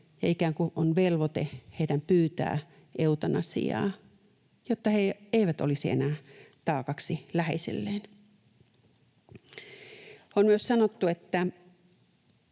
on velvoite heidän pyytää eutanasiaa, jotta he eivät olisi enää taakaksi läheisilleen. On myös sanottu, että